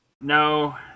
No